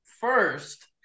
First